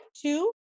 two